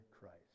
Christ